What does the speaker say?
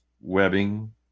webbing